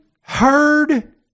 heard